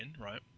right